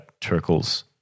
Turkle's